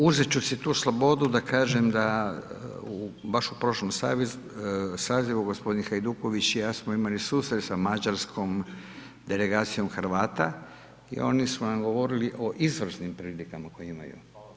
Uzet ću si tu slobodu da kažem da baš u prošlom sazivu gospodin Hajduković i ja smo imali susret sa mađarskom delegacijom Hrvata i oni su nam govorili o izvrsnim prilikama koje imaju.